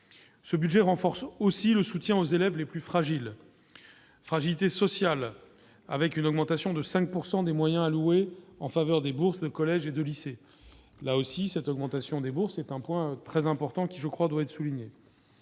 ce budget renforce aussi le soutien aux élèves les plus fragiles, fragilité sociale, avec une augmentation de 5 pourcent des moyens alloués en faveur des bourses de collège et de lycée, là aussi, cette augmentation des bourses, c'est un point très important, qui je crois doit être souligné